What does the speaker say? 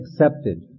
accepted